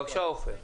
בבקשה, עופר.